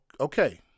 okay